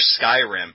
Skyrim